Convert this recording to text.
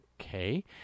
Okay